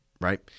right